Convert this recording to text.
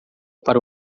para